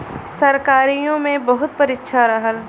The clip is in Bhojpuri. सरकारीओ मे बहुत परीक्षा रहल